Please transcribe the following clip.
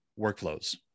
workflows